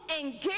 engage